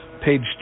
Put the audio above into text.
page